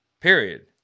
period